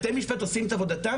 בתי-משפט עושים את עבודתם,